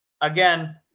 Again